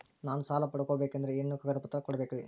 ನಾನು ಸಾಲ ಪಡಕೋಬೇಕಂದರೆ ಏನೇನು ಕಾಗದ ಪತ್ರ ಕೋಡಬೇಕ್ರಿ?